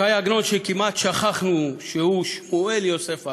ש"י עגנון, שכמעט שכחנו שהוא שמואל יוסף עגנון,